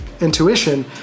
intuition